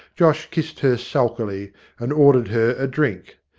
josh kissed her sulkily and ordered her a drink.